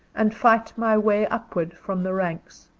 and fight my way upward from the ranks.